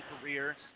career